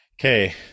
Okay